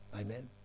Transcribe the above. Amen